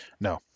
No